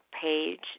page